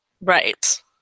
Right